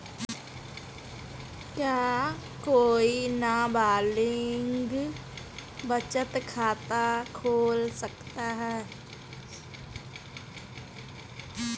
क्या कोई नाबालिग बचत खाता खोल सकता है?